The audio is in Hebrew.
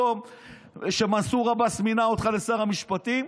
פתאום מנסור עבאס מינה אותך לשר המשפטים,